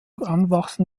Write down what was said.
anwachsen